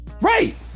Right